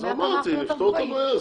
זה מה שאמרתי, נפתור את הבעיה הזאת.